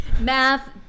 Math